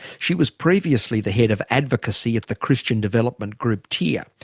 she was previously the head of advocacy at the christian development group tear.